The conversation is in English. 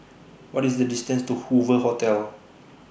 What IS The distance to Hoover Hotel